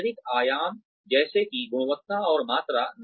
generic आयाम जैसे कि गुणवत्ता और मात्रा